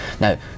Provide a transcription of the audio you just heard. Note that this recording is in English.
Now